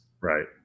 Right